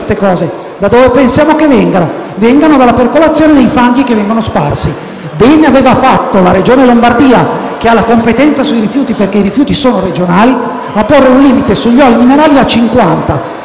Da dove pensiamo che vengano? Vengono dalla percolazione dei fanghi sparsi. Bene aveva fatto la Regione Lombardia, che ha la competenza sui rifiuti (perché la competenza sui rifiuti è regionale), a porre un limite sugli olii minerali a 50